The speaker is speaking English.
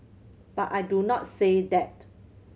but I do not say that